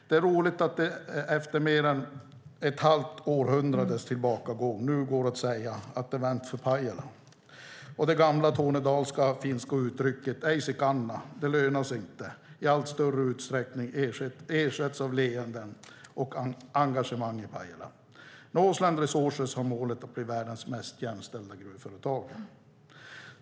Det är roligt att det efter mer än ett halvt århundrades tillbakagång nu går att säga att det har vänt för Pajala och att det gamla tornedalsfinska uttrycket ei se kannate - det lönar sig inte - i allt större utsträckning ersätts av leenden och engagemang i Pajala. Northland Resources har målet att bli världens mest jämställda gruvföretag.